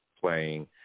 playing